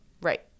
right